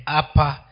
upper